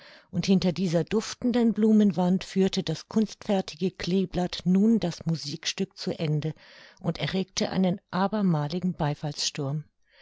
und hinter dieser duftenden blumenwand führte das kunstfertige kleeblatt nun das musikstück zu ende und erregte einen abermaligen